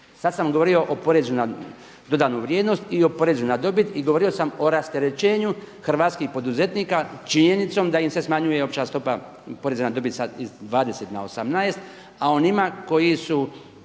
Sad sam govorio o porezu na dodanu vrijednost i o porezu na dobit i govorio sam o rasterećenju hrvatskih poduzetnika činjenicom da im se smanjuje opća stopa poreza na dobit sad iz 20 na 18 a onima koji su